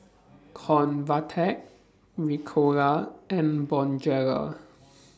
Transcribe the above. Convatec Ricola and Bonjela